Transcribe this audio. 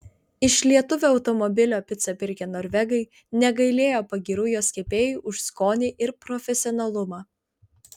iš lietuvio automobilio picą pirkę norvegai negailėjo pagyrų jos kepėjui už skonį ir profesionalumą